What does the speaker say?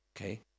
Okay